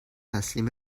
تسلیم